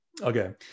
Okay